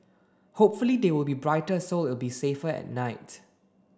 hopefully they will be brighter so it'll be safer at night